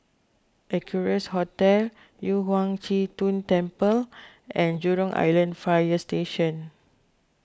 Equarius Hotel Yu Huang Zhi Zun Temple and Jurong Island Fire Station